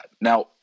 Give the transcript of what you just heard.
now